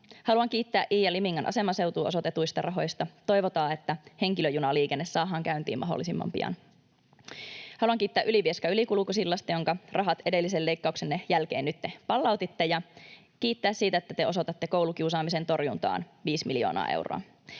Haluan kiittää Iin ja Limingan aseman seutuun osoitetuista rahoista, ja toivotaan, että henkilöjunaliikenne saadaan käyntiin mahdollisimman pian. Haluan kiittää Ylivieskan ylikulkusillasta, jonka rahat edellisen leikkauksenne jälkeen nytten palautitte, ja kiittää siitä, että te osoitatte koulukiusaamisen torjuntaan viisi miljoonaa euroa.